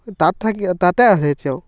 তাত থাকি তাতে আছে এতিয়াও